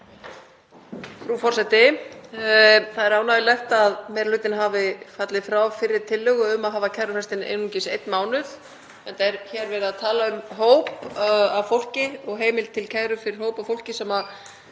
Frú forseti. Það er ánægjulegt að meiri hlutinn hafi fallið frá fyrri tillögu um að hafa kærufrestinn einungis einn mánuð, enda er hér verið að tala um hóp af fólki og heimild til kæru fyrir hóp af fólki sem